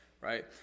Right